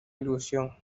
ilusión